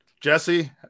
jesse